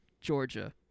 Georgia